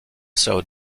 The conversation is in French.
sir